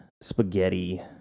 spaghetti